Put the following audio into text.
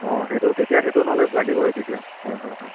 অঁ সেইটো তেতিয়া সেইটো নলেজ লাগিবই তেতিয়া হয় হয় হয়